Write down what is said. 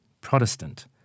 Protestant